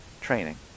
training